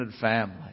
family